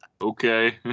okay